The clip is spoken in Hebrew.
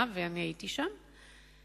והייתי בה,